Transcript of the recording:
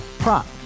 Prop